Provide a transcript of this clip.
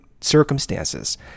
circumstances